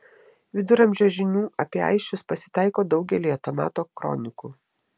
viduramžio žinių apie aisčius pasitaiko daugelyje to meto kronikų